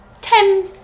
ten